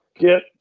Get